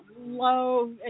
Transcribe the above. low